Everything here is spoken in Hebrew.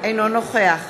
אינו נוכח